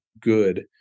good